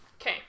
Okay